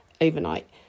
overnight